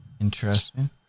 Interesting